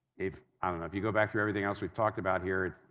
if um and if you go back through everything else we've talked about here,